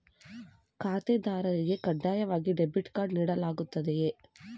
ಖಾತೆದಾರರಿಗೆ ಕಡ್ಡಾಯ debit card ನೀಡಲಾಗುತ್ತದೆಯೇ?